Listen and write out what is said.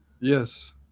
yes